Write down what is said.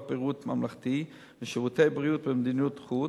בריאות ממלכתי לשירותי בריאות במדינות חוץ,